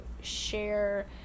share